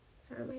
Sorry